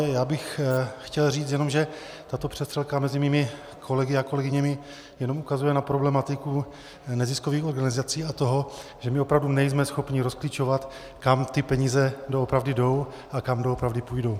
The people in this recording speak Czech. Já bych chtěl říct jenom, že tato přestřelka mezi mými kolegy a kolegyněmi jenom ukazuje na problematiku neziskových organizací a toho, že my opravdu nejsme schopni rozklíčovat, kam ty peníze doopravdy jdou a kam doopravdy půjdou.